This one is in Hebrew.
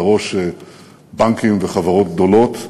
בראש בנקים וחברות גדולות,